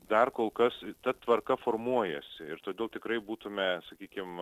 dar kol kas ta tvarka formuojasi ir todėl tikrai būtume sakykim